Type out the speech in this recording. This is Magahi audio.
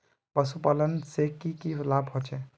पशुपालन से की की लाभ होचे?